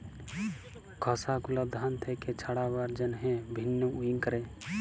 খসা গুলা ধান থেক্যে ছাড়াবার জন্হে ভিন্নউইং ক্যরে